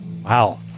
Wow